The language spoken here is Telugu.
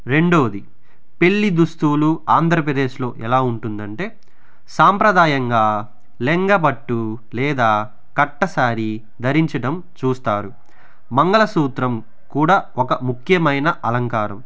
రెండవది పెళ్లి దుస్తువులు ఆంధ్రప్రదేశ్లో ఎలా ఉంటుంది అంటే సంప్రదాయంగా లింగబట్టు లేదా కట్టసారి ధరించడం చూస్తారు మంగళ సూత్రం కూడా ఒక ముఖ్యమైన అలంకారం